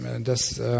dass